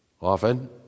often